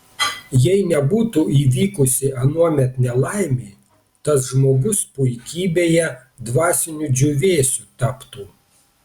jei nebūtų įvykusi anuomet nelaimė tas žmogus puikybėje dvasiniu džiūvėsiu taptų